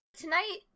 tonight